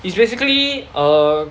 it's basically a